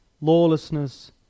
Lawlessness